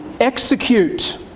execute